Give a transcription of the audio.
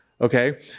Okay